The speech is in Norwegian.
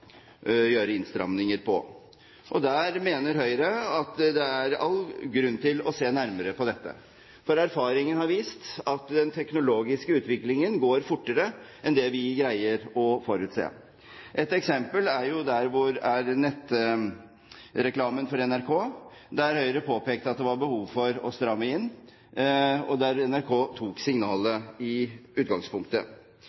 gjøre innstramminger i. Høyre mener at det er all grunn til å se nærmere på dette, for erfaringen har vist at den teknologiske utviklingen går fortere enn det vi greier å forutse. Et eksempel er nettreklamen for NRK, der Høyre påpekte at det var behov for å stramme inn, og der NRK tok signalet